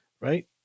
right